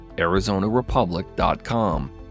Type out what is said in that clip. arizonarepublic.com